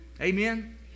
Amen